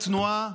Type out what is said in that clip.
לוועדה,